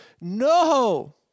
No